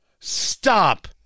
Stop